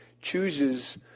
chooses